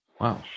wow